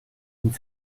une